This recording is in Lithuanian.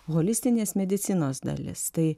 holistinės medicinos dalis tai